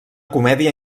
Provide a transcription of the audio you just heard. comèdia